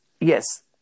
yes